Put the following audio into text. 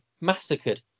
massacred